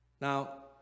now